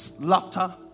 laughter